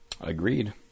agreed